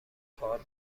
کار